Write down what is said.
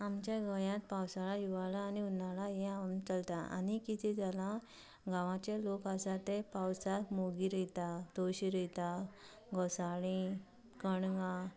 आमच्या गोंयांत पावसाळा हिगवाळा आनी उन्नाळा हे आम चलता आनी कितें जालां गांवाचे लोक आसा ते पावसाक मुगी रोयता तोवशीं रोयता घोसाळीं कणगां